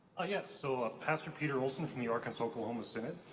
yes, so ah pastor peter olson from the arkansas oklahoma synod.